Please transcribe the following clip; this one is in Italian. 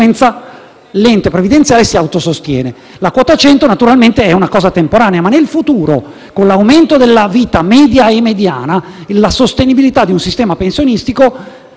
che l'ente previdenziale si autosostiene. La quota 100, naturalmente, è una misura temporanea ma nel futuro, con l'aumento della vita media e mediana, la sostenibilità di un sistema pensionistico